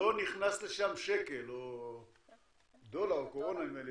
לא נכנס לשם שקל, או דולר, או קורונה.